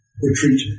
retreat